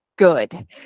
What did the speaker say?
Good